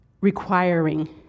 requiring